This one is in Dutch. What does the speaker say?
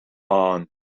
aan